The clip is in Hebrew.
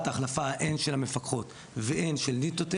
ההחלפה הן של המפקחות והן של "ניטו טק",